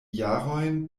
jarojn